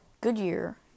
Goodyear